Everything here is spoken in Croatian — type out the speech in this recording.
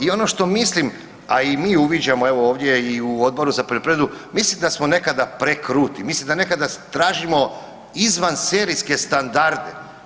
I ono što mislim, a i mi uviđamo, evo ovdje i u Odboru za poljoprivredu, mislim da smo nekada prekruti, mislim da nekada tražimo izvan serijske standarde.